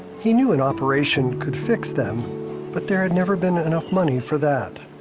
he knew an operation could fix them but there had never been enough money for that.